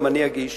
גם אני אגיש